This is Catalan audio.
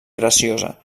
graciosa